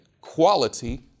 Quality